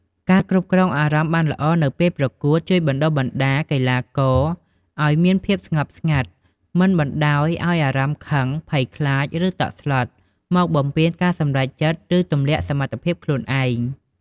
ការគ្រប់គ្រងអារម្មណ៍បានល្អនៅពេលប្រកួត ជួយបណ្ដុះបណ្ដាលកីឡាករឲ្យមានភាពស្ងប់ស្ងាត់ មិនបណ្តោយឲ្យអារម្មណ៍ខឹង ភ័យខ្លាច ឬតក់ស្លុត មកបំពានការសម្រេចចិត្ត ឬទម្លាក់សមត្ថភាពខ្លួនឯង។